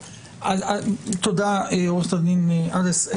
תודה רבה, עורכת הדין עדס.